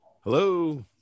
Hello